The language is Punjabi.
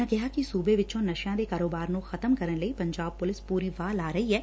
ਉਨ੍ਹਾਂ ਕਿਹਾ ਕਿ ਸੁਬੇ ਵਿਚੋਂ ਨਸ਼ਿਆਂ ਦੇ ਕਾਰੋਬਾਰ ਨੂੰ ਖ਼ਤਮ ਕਰਨ ਲਈ ਪੰਜਾਬ ਪੁਲਿਸ ਪੂਰੀ ਵਾਹ ਲਾ ਰਹੀ ਐਂ